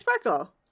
sparkle